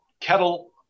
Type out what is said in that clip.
kettle